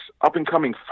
up-and-coming